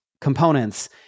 components